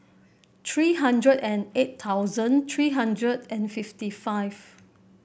three hundred and eight thousand three hundred and fifty five